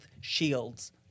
Shields